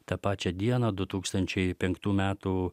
tą pačią dieną du tūkstančiai penktų metų